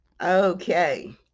Okay